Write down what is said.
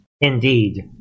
indeed